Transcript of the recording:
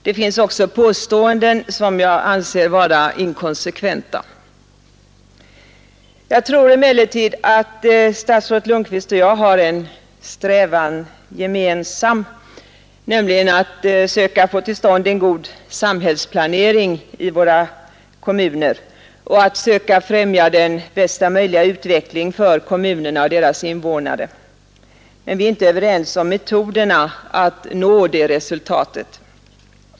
Det finns också påståenden som jag anser vara inkonsekventa. Jag tror emellertid att statsrådet Lundkvist och jag har en strävan gemensam, nämligen att söka få till stånd en god samhällsplanering i våra kommuner och att söka främja den bästa möjliga utveckling för kommunerna och deras invånare. Men vi är inte överens om metoderna att nå resultat.